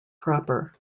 proper